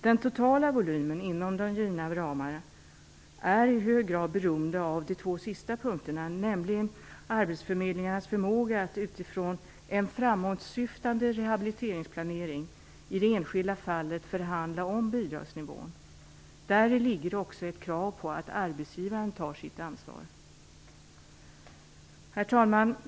Den totala volymen, inom givna ramar, är i hög grad beroende av de två sist punkterna, nämligen arbetsförmedlingarnas förmåga att utifrån en framåtsyftande rehabiliteringsplanering i det enskilda fallet förhandla om bidragsnivån. Däri ligger också ett krav på att arbetsgivaren tar sitt ansvar. Herr talman!